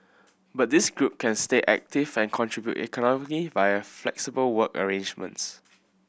but this group can stay active and contribute economically via flexible work arrangements